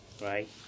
right